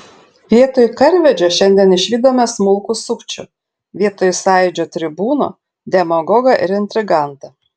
vietoj karvedžio šiandien išvydome smulkų sukčių vietoj sąjūdžio tribūno demagogą ir intrigantą